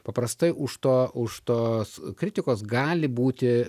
paprastai už to už tos kritikos gali būti